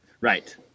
Right